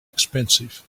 expensive